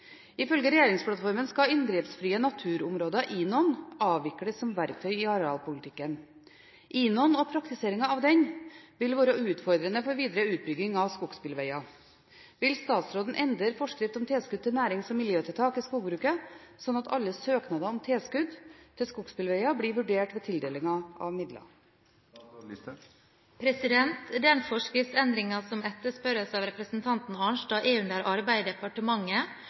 Ifølge regjeringsplattformen skal Inngrepsfrie naturområder avvikles som verktøy i arealpolitikken. INON og praktiseringen av det vil være utfordrende for videre bygging av skogsbilveier. Vil statsråden endre forskrift om tilskudd til nærings- og miljøtiltak i skogbruket slik at alle søknader om tilskudd til skogsbilveier blir vurdert ved tildelingen av midler?» Den forskriftsendringen som etterspørres av representanten Arnstad,